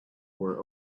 were